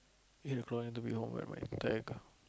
eight o-clock I have to be home by my